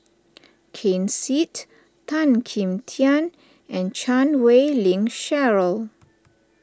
Ken Seet Tan Kim Tian and Chan Wei Ling Cheryl